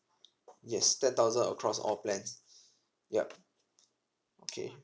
yes ten thousand across all plans yup okay